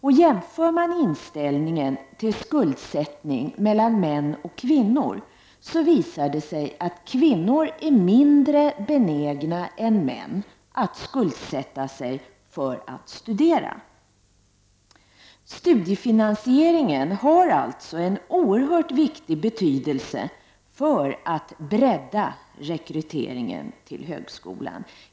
Om man jämför inställningen till skuldsättning mellan män och kvinnor visar det sig att kvinnor är mindre benägna än män att skuldsätta sig för att studera. Studiefinansieringen har alltså en oerhört viktig betydelse för att bredda rekryteringen till högskolan.